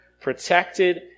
protected